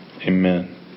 Amen